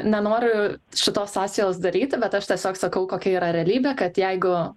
nenoriu šitos sąsajos daryti bet aš tiesiog sakau kokia yra realybė kad jeigu